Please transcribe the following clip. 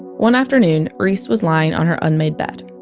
one afternoon, reese was lying on her unmade bed.